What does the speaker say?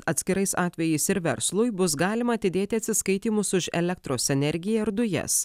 atskirais atvejais ir verslui bus galima atidėti atsiskaitymus už elektros energiją ir dujas